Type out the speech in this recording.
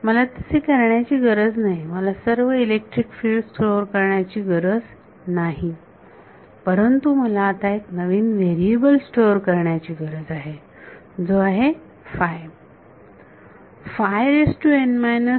मला तसे करण्याची गरज नाही मला सर्व इलेक्ट्रिक फील्ड स्टोअर करण्याची गरज नाही परंतु मला आता एक नवीन व्हेरिएबल स्टोअर करण्याची गरज आहे जो आहे